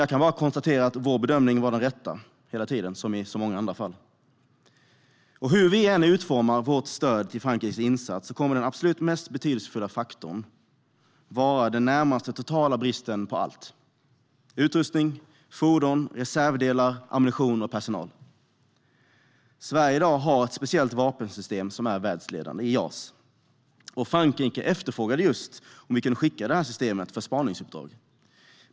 Jag kan bara konstatera att vår bedömning hela tiden var den rätta, som i så många andra fall. Hur vi än utformar vårt stöd till Frankrikes insats kommer den absolut mest betydelsefulla faktorn att vara den närmast totala bristen på allt: utrustning, fordon, reservdelar, ammunition och personal. Sverige har ett vapensystem som är världsledande, JAS, och Frankrike efterfrågade om vi kunde skicka det här systemet för spaningsuppdrag.